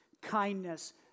kindness